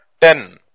Ten